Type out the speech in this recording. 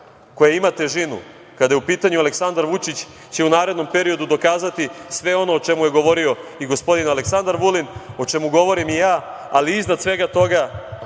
koja ima težinu, kada je u pitanju Aleksandar Vučić, će u narednom periodu dokazati sve ono o čemu je govorio i gospodin Aleksandar Vulin, o čemu govorim i ja, ali iznad svega toga